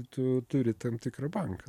tu turi tam tikrą banką